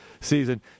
season